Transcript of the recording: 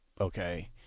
Okay